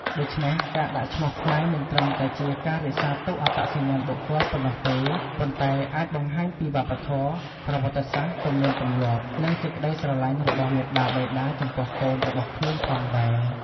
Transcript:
ដូច្នេះការដាក់ឈ្មោះខ្មែរមិនត្រឹមតែជាការរក្សាទុកអត្តសញ្ញាណបុគ្គលប៉ុណ្ណោះទេ ប៉ុន្តែអាចបង្ហាញពីវប្បធម៌ ប្រវត្តិសាស្ត្រ ទំនៀមទម្លាប់ និងសេចក្ដីស្រឡាញ់របស់មាតាបិតាចំពោះកូនរបស់ខ្លួនផងដែរ។